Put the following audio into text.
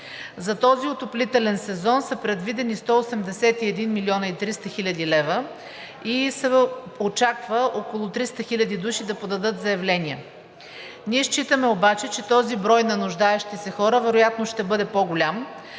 За този отоплителен сезон са предвидени 181 млн. и 300 хил. лв. и се очаква около 300 хиляди души да подадат заявления. Ние считаме обаче, че този брой на нуждаещи се хора вероятно ще бъде по-голям.